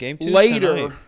later